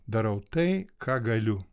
darau tai ką galiu